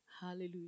Hallelujah